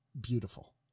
beautiful